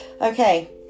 okay